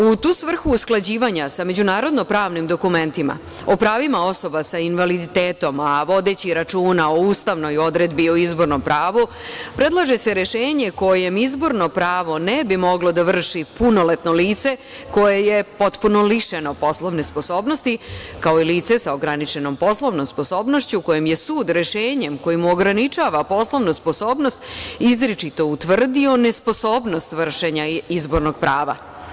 U tu svrhu usklađivanja sa međunarodno-pravnim dokumentima o pravima osoba sa invaliditetom, a vodeći računa o ustavnoj odredbi o izbornom pravu, predlaže se rešenje kojem izborno pravo ne bi moglo da vrši punoletno lice koje je potpuno lišeno poslovne sposobnosti, kao i lice sa ograničenom poslovnom sposobnošću kojem je sud rešenjem kojim mu ograničava poslovnu sposobnost izričito utvrdio nesposobnost vršenja izbornog prava.